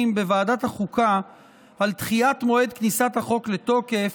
בוועדת החוקה על דחיית מועד כניסת החוק לתוקף,